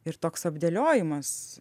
ir toks apdėliojimas